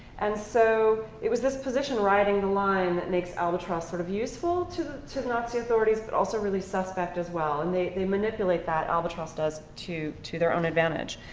and so it was this position riding the line that makes albatross sort of useful to to nazi authorities but also really suspect as well. and they they manipulate that, albatross does, to to their own advantage.